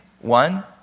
One